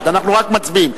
אנחנו מייד מצביעים.